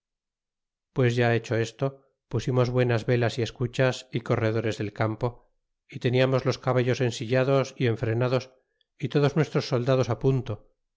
pues ya hecho esto pusimos buenas velas y escuchas y corredores del campo y teniamos los caballos ensillados y enfrenados y todos nuestros soldados punto